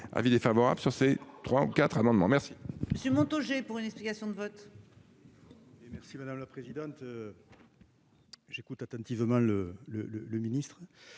avis défavorable sur ces trois ou quatre amendements merci.